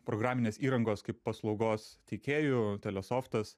programinės įrangos kaip paslaugos teikėjų telesoftas